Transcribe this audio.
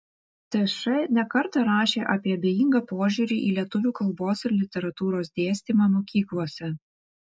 tš ne kartą rašė apie abejingą požiūrį į lietuvių kalbos ir literatūros dėstymą mokyklose